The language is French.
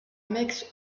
meix